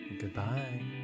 goodbye